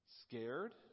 scared